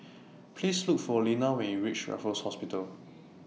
Please Look For Linna when YOU REACH Raffles Hospital